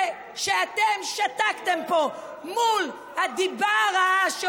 זה שאתם שתקתם פה מה את מדברת?